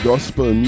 Gospel